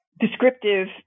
Descriptive